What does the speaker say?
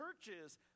churches